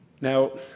Now